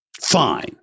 fine